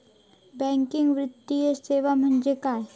Banking वित्तीय सेवा म्हणजे काय?